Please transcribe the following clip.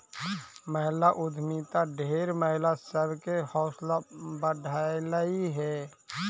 महिला उद्यमिता ढेर महिला सब के हौसला बढ़यलई हे